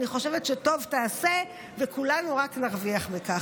אני חושבת שטוב תעשה וכולנו רק נרוויח מכך.